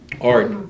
Art